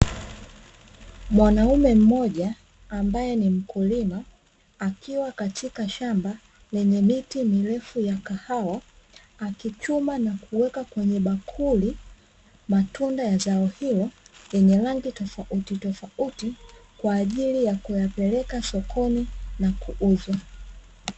Mwanaume mmoja ambaye ni mkulima, akiwa katika shamba lenye miti mirefu ya kahawa, akichuma na kuweka kwenye bakuli, matunda ya zao hilo yenye rangi tofautitofauti, kwa ajili ya kuyapeleka sokoni na kuyauza.